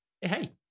hey